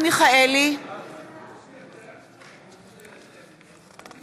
אינו נוכח קסניה סבטלובה,